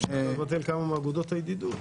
אפשר לבטל כמה מאגודות הידידות,